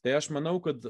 tai aš manau kad